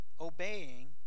obeying